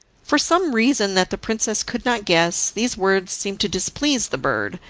for some reason that the princess could not guess these words seemed to displease the bird,